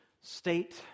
state